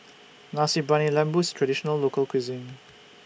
Nasi Briyani Lembu IS A Traditional Local Cuisine